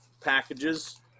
packages